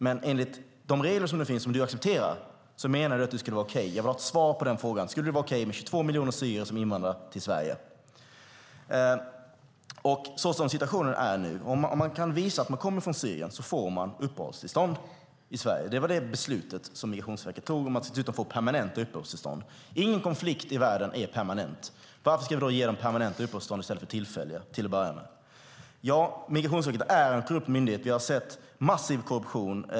Men menar du, Tobias Billström, att det enligt de regler som finns och som du accepterar skulle vara okej? Jag vill ha svar på den frågan. Skulle det vara okej att 22 miljoner syrier invandrade till Sverige? Om man, såsom situationen nu är, kan visa att man kommer från Syrien får man uppehållstillstånd i Sverige. Det var det beslutet Migrationsverket tog. Dessutom får man permanent uppehållstillstånd. Ingen konflikt i världen är permanent. Varför ska vi då ge dem permanenta uppehållstillstånd i stället för tillfälliga, till att börja med? Ja, Migrationsverket är en korrupt myndighet. Vi har sett en massiv korruption.